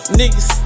niggas